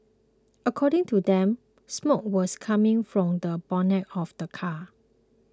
according to them smoke was coming from the bonnet of the car